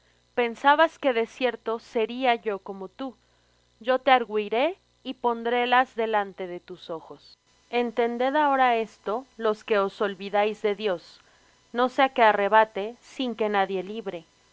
pensabas que de cierto sería yo como tú yo te argüiré y pondré las delante de tus ojos entended ahora esto los que os olvidáis de dios no sea que arrebate sin que nadie libre